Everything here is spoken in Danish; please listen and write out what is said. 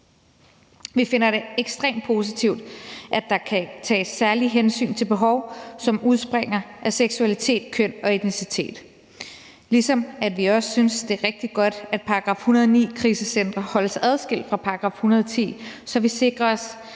Vi finder det ekstremt positivt, at der kan tages særlige hensyn til behov, som udspringer af seksualitet, køn og etnicitet, ligesom vi også synes, at det er rigtig godt, at § 109 om krisecentre holdes adskilt fra § 110, så vi sikrer os,